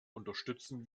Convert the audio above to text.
unterstützen